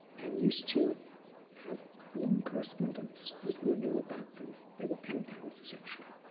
and used to have long correspondence with u nu about them. they were pen pals essentially.